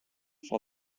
for